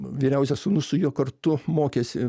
vyriausias sūnus su juo kartu mokėsi